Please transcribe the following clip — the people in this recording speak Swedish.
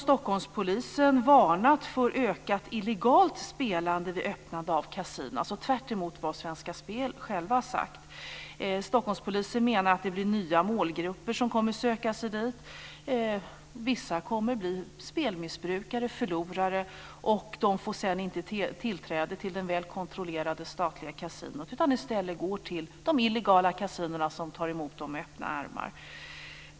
I Stockholm har polisen varnat för ökat illegalt spelande vid öppnande av kasinon, dvs. tvärtemot vad Svenska Spel har sagt. Stockholmspolisen menar att det blir nya målgrupper som kommer att söka sig till spel. Vissa kommer att bli spelmissbrukare och förlorare, som sedan inte får tillträde till det väl kontrollerade statliga kasinot. I stället går det till de illegala kasinona som tar emot dem med öppna armar.